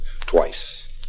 Twice